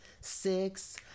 six